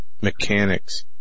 mechanics